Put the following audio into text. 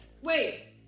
Wait